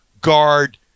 guard